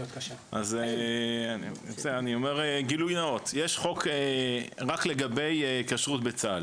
אני אומר גילוי נאות: יש חוק רק לגבי כשרות בצה"ל.